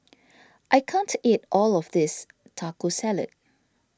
I can't eat all of this Taco Salad